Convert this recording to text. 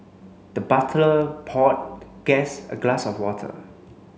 the butler poured guest a glass of water